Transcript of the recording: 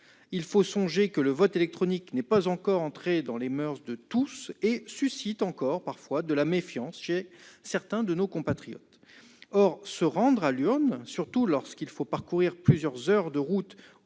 Il faut songer que le vote électronique n'est pas encore entré dans les moeurs de tous et suscite encore parfois de la méfiance chez certains de nos compatriotes. Or se rendre à l'urne, surtout lorsqu'il faut parcourir plusieurs heures de route,